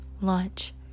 lunch